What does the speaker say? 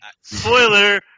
spoiler